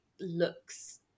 looks